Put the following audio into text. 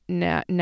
now